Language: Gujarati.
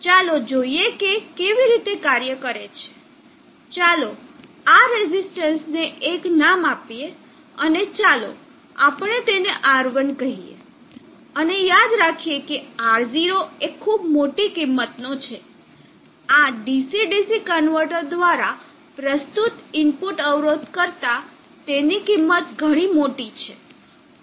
ચાલો જોઈએ કે તે કેવી રીતે કાર્ય કરે છે ચાલો આ રેઝિસ્ટરને એક નામ આપીએ અને ચાલો આપણે તેને R1 કહીએ અને યાદ રાખીએ કે R0 એ ખૂબ મોટી કિંમત નો છે આ DC DC કન્વર્ટર દ્વારા પ્રસ્તુત ઇનપુટ અવરોધ કરતા તેની કિંમત ઘણી મોટી છે